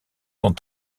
sont